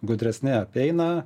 gudresni apeina